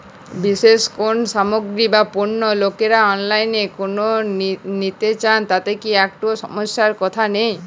বিশেষ কোনো সামগ্রী বা পণ্য লোকেরা অনলাইনে কেন নিতে চান তাতে কি একটুও সমস্যার কথা নেই?